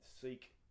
seek